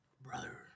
Brother